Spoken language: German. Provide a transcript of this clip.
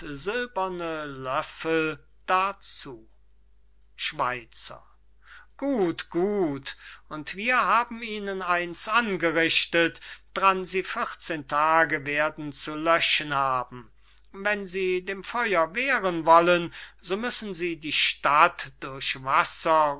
silberne löffel dazu schweizer gut gut und wir haben ihnen ein's angerichtet d'ran sie vierzeh'n tage werden zu löschen haben wenn sie dem feuer wehren wollen so müssen sie die stadt durch wasser